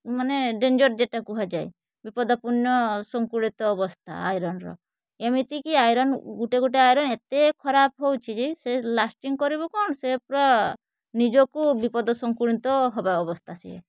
ମାନେ ଡେଞ୍ଜର୍ ଯେଉଁଟା କୁହାଯାଏ ବିପଦପୂର୍ଣ୍ଣ ଶଙ୍କୁଳିତ ଅବସ୍ଥା ଆଇରନ୍ର ଏମିତି କି ଆଇରନ୍ ଗୋଟେ ଗୋଟେ ଆଇରନ୍ ଏତେ ଖରାପ ହେଉଛି ଯେ ସେ ଲାଷ୍ଟିଂ କରିବ କ'ଣ ସେ ପୁରା ନିଜକୁ ବିପଦ ଶଙ୍କୁଳିତ ହେବା ଅବସ୍ଥା ସିଏ